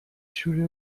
شوره